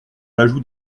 l’ajout